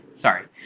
Sorry